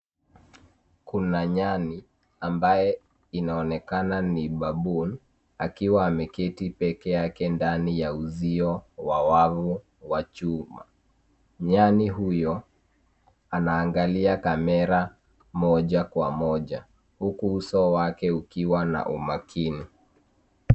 Kuna nyani ambaye inaonekana ni baboon akiwa ameketi pekee yake ndani ya uzio wa wavu wa chuma. Nyani huyo anaangalia kamera moja kwa moja, huku uso wake ukiwa na umakini.